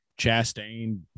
Chastain